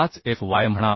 5fy म्हणा